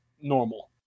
normal